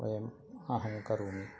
वयम् अहं करोमि